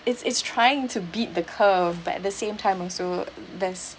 it's it's trying to beat the curve but at the same time also this